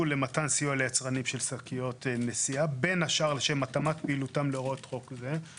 סיוע רטרו לא היה יכול להיות וכן הוצע ללכת